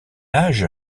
âge